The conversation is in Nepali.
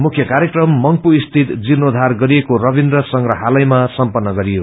मुख्य कार्यक्रम मंगपू स्थित जिर्णोचार गरिएको रविन्द्र संग्रहालयमा सम्पन्न गरियो